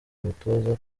umutoza